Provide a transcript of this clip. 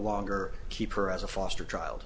longer keep her as a foster child